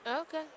Okay